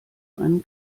einen